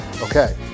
Okay